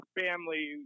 family